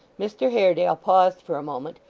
mr haredale paused for a moment,